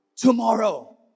Tomorrow